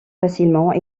facilement